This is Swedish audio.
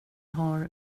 har